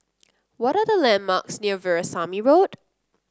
what are the landmarks near Veerasamy Road